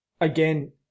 again